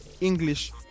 English